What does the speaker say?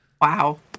Wow